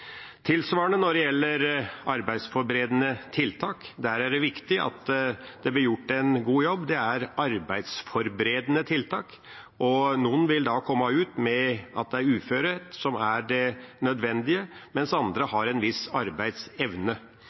Tilsvarende når det gjelder arbeidsforberedende tiltak: Det er viktig at det blir gjort en god jobb – det er arbeidsforberedende tiltak. Noen vil komme ut med at det er uførhet som er det nødvendige, mens andre har en viss arbeidsevne.